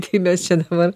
tai mes čia dabar